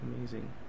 Amazing